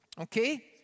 okay